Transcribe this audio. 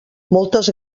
moltes